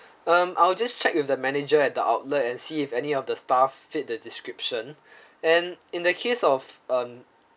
um I'll just check with the manager at the outlet and see if any of the staff fit the description and in the case of um